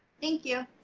thank you.